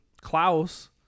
klaus